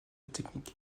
technique